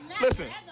Listen